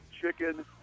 chicken